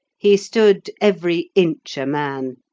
he stood every inch a man,